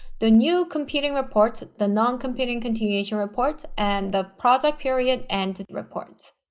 the new competing reports, the non-competing continuation reports and the project period end reports.